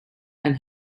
and